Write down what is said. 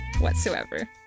Whatsoever